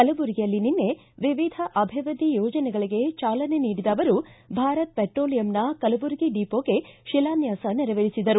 ಕಲಬುರಗಿಯಲ್ಲಿ ನಿನ್ನೆ ವಿವಿಧ ಅಭಿವೃದ್ಧಿ ಯೋಜನೆಗಳಗೆ ಚಾಲನೆ ನೀಡಿದ ಅವರು ಭಾರತ್ ಪೆಟ್ರೋಲಿಯಂನ ಕಲಬುರಗಿ ಡಿಪೋಗೆ ಶಿಲಾನ್ಯಾಸ ನೆರವೇರಿಸಿದರು